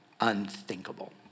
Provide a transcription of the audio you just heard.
unthinkable